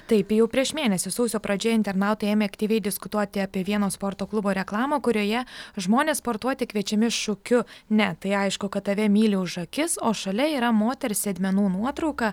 taip jau prieš mėnesį sausio pradžioje internautai ėmė aktyviai diskutuoti apie vieno sporto klubo reklamą kurioje žmonės sportuoti kviečiami šūkiu ne tai aišku kad tave myli už akis o šalia yra moters sėdmenų nuotrauka